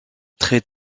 très